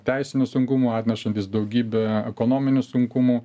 teisinių sunkumų atnešantys daugybę ekonominių sunkumų